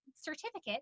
certificate